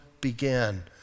began